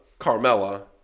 Carmella